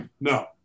no